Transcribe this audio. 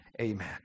Amen